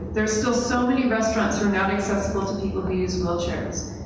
there still so many restaurants who are not accessible to people who use wheelchairs.